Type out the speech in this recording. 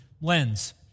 lens